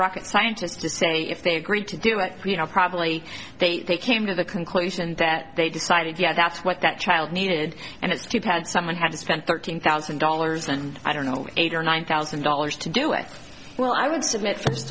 rocket scientist to say if they agreed to do it you know probably they came to the conclusion that they decided yes that's what that child needed and it's too bad someone have spent thirteen thousand dollars and i don't know eight or nine thousand dollars to do it well i would s